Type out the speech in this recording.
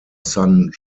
san